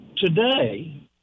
today